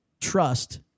trust